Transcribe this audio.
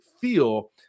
feel